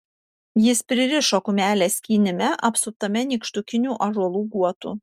jis pririšo kumelę skynime apsuptame nykštukinių ąžuolų guotų